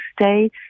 stay